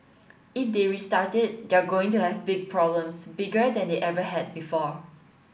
if they restart it they're going to have big problems bigger than they ever had before